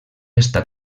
estat